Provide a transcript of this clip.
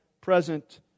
present